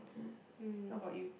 mm how about you